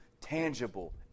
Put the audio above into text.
tangible